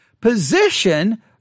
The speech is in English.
Position